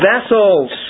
vessels